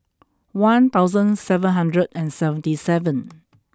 one thousand seven hundred and seventy seven